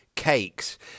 Cakes